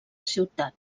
ciutat